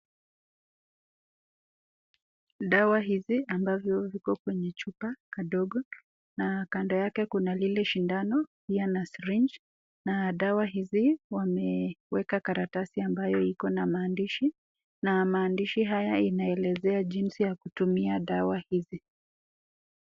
Dawa hizi ambazo ziko kwenye chupa kadogo na kando yake kuna lile shindano yaani syringe na dawa hizi wameweka karatasi ambayo iko na maandishi na maandishi haya inaelezea jinsi ya kutumia dawa hizi.